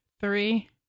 three